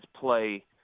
play